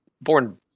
born